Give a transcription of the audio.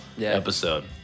episode